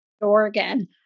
Oregon